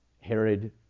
Herod